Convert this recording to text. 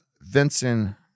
Vincent